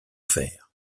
vers